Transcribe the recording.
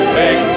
big